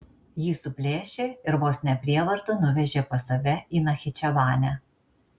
jį suplėšė ir vos ne prievarta nuvežė pas save į nachičevanę